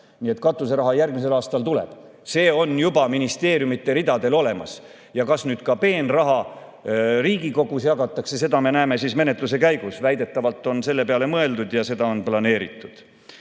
Nii et katuseraha järgmisel aastal tuleb, see on juba ministeeriumide ridadel olemas. Ja kas nüüd ka peenraha Riigikogus jagatakse, seda me näeme menetluse käigus. Väidetavalt on selle peale mõeldud ja seda on planeeritud.